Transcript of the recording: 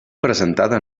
presentada